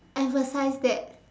emphasize that